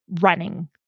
running